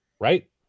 Right